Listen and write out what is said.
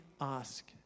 ask